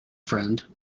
friend